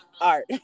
art